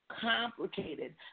complicated